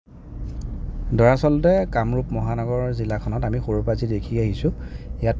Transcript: দৰাচলতে কামৰূপ মহানগৰ জিলাখনত আমি সৰুৰে পৰা যি দেখি আহিছোঁ ইয়াত